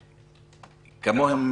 כמוהם,